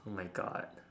oh my God